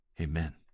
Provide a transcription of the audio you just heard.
Amen